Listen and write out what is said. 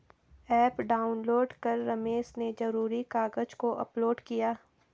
app download कर रमेश ने ज़रूरी कागज़ को अपलोड किया